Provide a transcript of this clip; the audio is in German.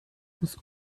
muss